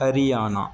Haryana